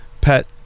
PET